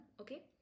okay